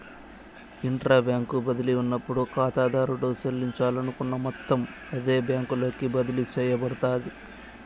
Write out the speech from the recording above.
intra bank బదిలీ ఉన్నప్పుడు కాతాదారుడు సెల్లించాలనుకున్న మొత్తం అదే బ్యాంకులోకి బదిలీ సేయబడతాది